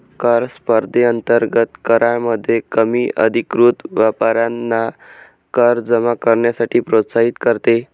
कर स्पर्धेअंतर्गत करामध्ये कमी अधिकृत व्यापाऱ्यांना कर जमा करण्यासाठी प्रोत्साहित करते